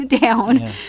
down